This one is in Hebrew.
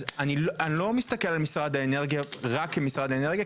אז אני לא מסתכל על משרד האנרגיה רק כמשרד האנרגיה,